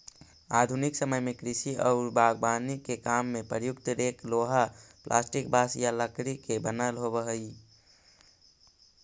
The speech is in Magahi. आधुनिक समय में कृषि औउर बागवानी के काम में प्रयुक्त रेक लोहा, प्लास्टिक, बाँस या लकड़ी के बनल होबऽ हई